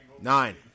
nine